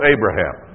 Abraham